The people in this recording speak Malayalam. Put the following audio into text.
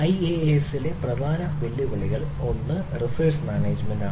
ഐഎഎഎസിലെ പ്രധാന വെല്ലുവിളികളിൽ ഒന്ന് റിസോഴ്സ് മാനേജ്മെന്റാണ്